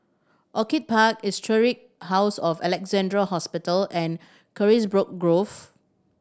Orchid Park Historic House of Alexandra Hospital and Carisbrooke Grove